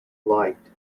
light